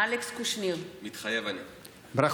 אלכס קושניר, מתחייב אני ברכות.